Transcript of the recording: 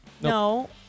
No